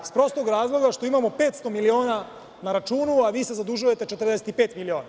Iz prostog razloga što imamo 500 miliona na računu, a vi se zadužujete 45 miliona.